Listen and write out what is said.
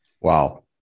Wow